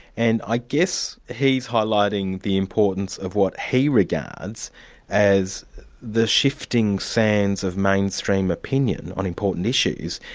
and i guess he's highlighting the importance of what he regards as the shifting sands of mainstream opinion on important issues,